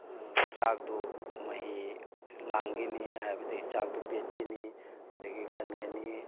ꯆꯥꯛꯇꯨ ꯃꯍꯤ ꯂꯥꯡꯈꯤꯅꯤ ꯍꯥꯏꯕꯗꯩ ꯆꯥꯛꯇꯣ ꯄꯦꯠꯈꯤꯅꯤ ꯑꯗꯒꯤ ꯀꯟꯒꯅꯤ